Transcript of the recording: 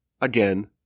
Again